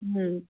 ꯎꯝ